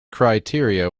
criteria